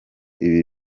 ibi